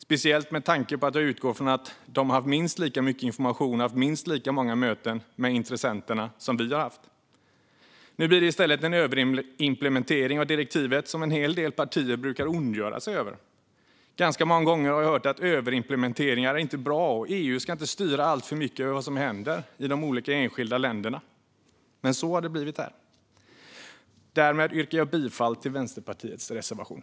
Jag utgår speciellt från att de fått minst lika mycket information och haft minst lika många möten med intressenter som vi. Nu blir det i stället en överimplementering av direktivet, vilket en hel del partier brukar ondgöra sig över. Ganska många gånger har jag hört att överimplementeringar inte är bra och att EU inte ska styra alltför mycket över vad som händer i de olika länderna. Men så har det blivit här. Jag yrkar bifall till Vänsterpartiets reservation.